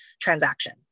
transaction